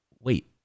wait